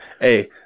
hey